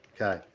Okay